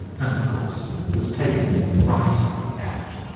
and, of course, was taken in right and left.